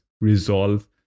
resolve